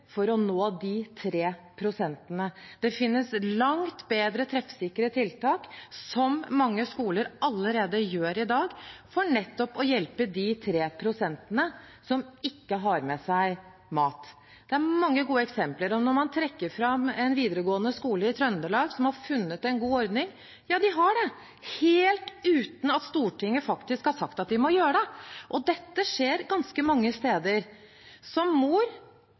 for å nå 3 pst.? Det finnes langt mer treffsikre tiltak, som mange skoler allerede i dag har, for å hjelpe de 3 pst. som ikke har med seg mat. Det er mange gode eksempler. Man trekker fram en videregående skole i Trøndelag som har funnet en god ordning – ja, de har det, helt uten at Stortinget har sagt at de må gjøre det. Dette skjer ganske mange steder. Som mor